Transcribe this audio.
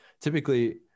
typically